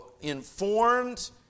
informed